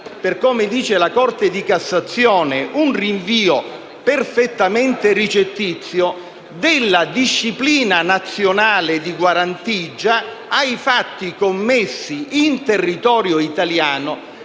come stabilisce la Corte di cassazione, un rinvio perfettamente ricettizio della disciplina nazionale di guarentigia ai fatti commessi in territorio italiano